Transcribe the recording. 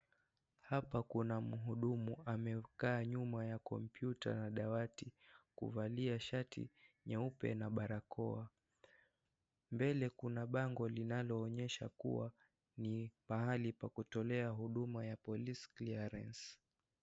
Hapa kuna mhudumu, amekaa nyuma ya kompyuta ya dawati. Kuvalia shati nyeupe na barakoa. Mbele, kuna bango linaloonyesha kuwa, ni pahali pa kutolea huduma ya Police clearance .